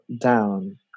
down